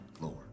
Lord